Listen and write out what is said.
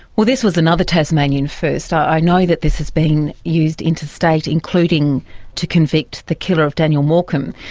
well, this was another tasmanian first. i know that this has been used interstate, including to convict the killer of daniel morcombe.